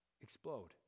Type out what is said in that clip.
explode